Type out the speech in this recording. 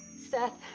seth,